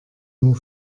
nur